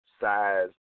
size